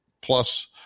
plus